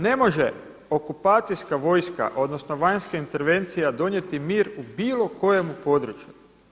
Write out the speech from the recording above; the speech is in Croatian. Ne može okupacijska vojska, odnosno vanjske intervencija donijeti mir u bilo kojem području.